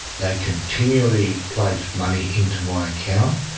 they continually placed money into my account.